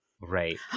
Right